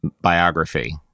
biography